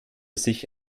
sich